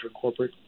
corporate